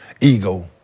ego